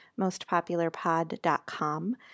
mostpopularpod.com